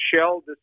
Shell